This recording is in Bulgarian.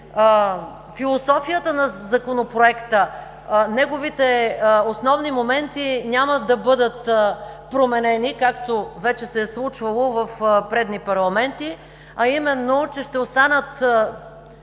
философията на Законопроекта, неговите основни моменти няма да бъдат променени, както вече се е случвало в предни парламенти, а ще останат